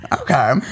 Okay